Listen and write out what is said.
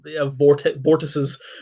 vortices